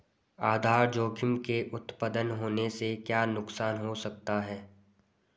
आधार जोखिम के उत्तपन होने से क्या नुकसान हो सकता है?